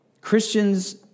Christians